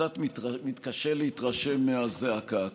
אני קצת מתקשה להתרשם מהזעקה.